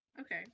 Okay